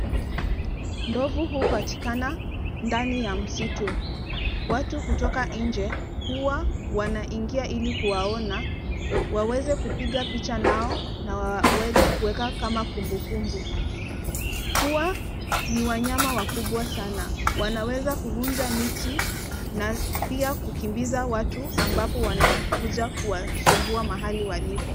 Ndovu hupatikana ndani ya msitu. Watu kutoka nje huwa wanaingia ili waweze kuwaona, waweze kupiga picha nao na waweze kuweka kama kumbukumbu. Huwa ni wanyama wakubwa sana. Wanaweza kuvunja miti na pia kukimbiza watu ambapo wanakuja kuwasumbua mahali walipo.